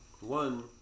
One